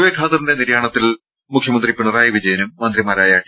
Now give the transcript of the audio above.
A ഖാദറിന്റെ നിര്യാണത്തിൽ മുഖ്യമന്ത്രി പിണറായി വിജയനും മന്ത്രിമാരായ ടി